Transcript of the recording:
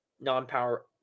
non-power